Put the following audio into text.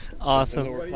Awesome